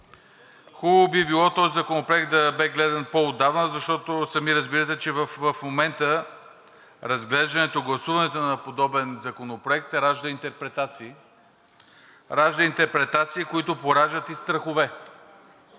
Хубаво би било този законопроект да бе гледан по-отдавна, защото сами разбирате, че в момента разглеждането и гласуването на подобен законопроект ражда интерпретации, ражда